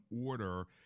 order